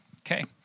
Okay